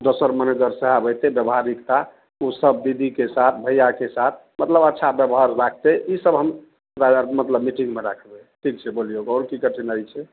दोसर मैनेजर साहेब एते व्यवहारिकता उ सब दीदीके साथ भैयाके साथ मतलब अच्छा व्यवहार राखतय ई सब हमरा मतलब मीटिंगमे राखबय ठीक छै बोलियौ आओर की कठिनाइ छै